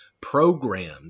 programmed